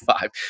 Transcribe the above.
five